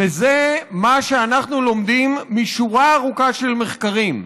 וזה מה שאנחנו לומדים משורה ארוכה של מחקרים,